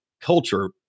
culture